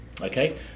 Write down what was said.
okay